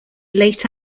late